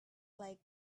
like